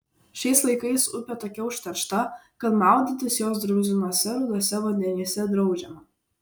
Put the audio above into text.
šiais laikais upė tokia užteršta kad maudytis jos drumzlinuose ruduose vandenyse draudžiama